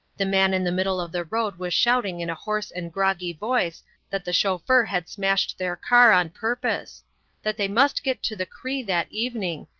the man in the middle of the road was shouting in a hoarse and groggy voice that the chauffeur had smashed their car on purpose that they must get to the cri that evening,